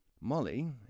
Molly